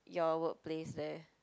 your workplace there